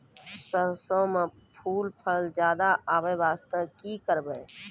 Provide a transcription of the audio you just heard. सरसों म फूल फल ज्यादा आबै बास्ते कि करबै?